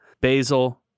basil